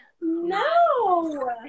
No